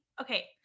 okay